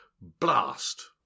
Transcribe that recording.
blast